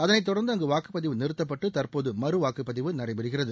அதை தொடர்ந்து அங்கு வாக்குப் பதிவு நிறுத்தப்பட்டடு தற்போது மறுவாக்குப் பதிவு நடைபெறுகிறது